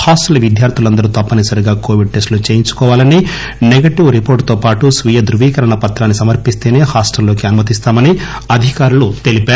hostel విద్యార్దులందరూ తప్పనిసరిగా covid టెస్టులు చేయించుకోవాలని నెగిటివ్ రిపోర్టుతో పాటు స్వీయ ధ్రువీకరణ పత్రాన్ని సమర్పిస్తేనే హాస్టళ్లలోకి అనుమతిస్తామని అధికారులు తెలిపారు